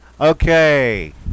Okay